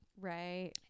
Right